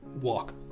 walk